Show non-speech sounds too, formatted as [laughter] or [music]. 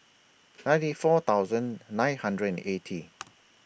[noise] ninety four thousand nine hundred and eighty [noise]